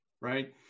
right